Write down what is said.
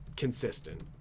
Consistent